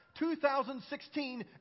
2016